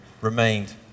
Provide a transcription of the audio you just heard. remained